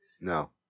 No